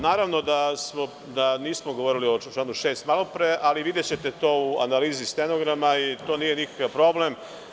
Naravno da nismo govorili o članu 6. malo pre, ali videćete to u analizi stenograma i to nije nikakav problem.